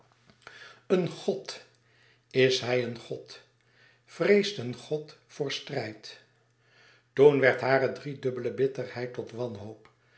een god is hij een god vreest een god voor strijd toen werd hare driedubbele bitterheid tot wanhoop